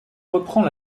reprend